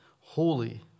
holy